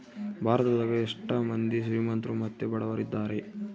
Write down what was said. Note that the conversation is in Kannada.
ಭಾರತದಗ ಎಷ್ಟ ಮಂದಿ ಶ್ರೀಮಂತ್ರು ಮತ್ತೆ ಬಡವರಿದ್ದಾರೆ?